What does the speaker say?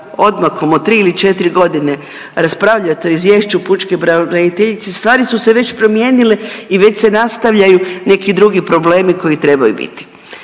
odmakom od 3 ili 4.g. raspravljate o izvješću pučke pravobraniteljice stvari su se već promijenile i već se nastavljaju neki drugi problemi koji trebaju biti.